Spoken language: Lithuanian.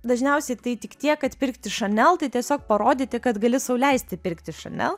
dažniausiai tai tik tiek kad pirkti chanel tai tiesiog parodyti kad gali sau leisti pirkti chanel